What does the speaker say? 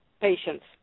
patients